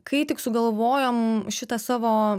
kai tik sugalvojom šitą savo